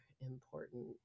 important